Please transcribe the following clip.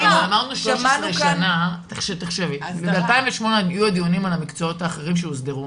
שמענו כאן -- ב-2008 קיימו דיונים על המקצועות האחרים שהוסדרו,